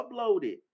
uploaded